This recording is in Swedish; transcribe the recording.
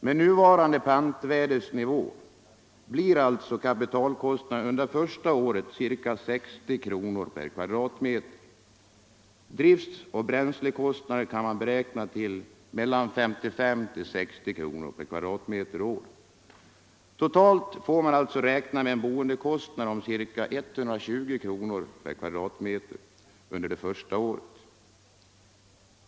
Med nuvarande pantvärdesnivå blir alltså kapitalkostnaden under första åren ca 60 kronor per m'. Driftoch bränslekostnader kan beräknas till 55-60 kronor per m". Totalt får man alltså räkna med en boendekostnad om ca 120 kronor per m? under det första året.